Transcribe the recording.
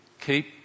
keep